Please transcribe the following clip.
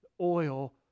oil